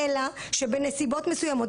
אלא שבנסיבות מסוימות,